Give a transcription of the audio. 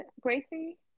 Gracie